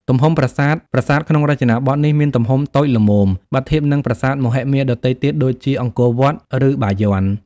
ទំហំប្រាសាទ ប្រាសាទក្នុងរចនាបថនេះមាន ទំហំតូចល្មម បើធៀបនឹងប្រាសាទមហិមាដទៃទៀតដូចជា អង្គរវត្ត ឬបាយ័ន។